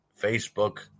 Facebook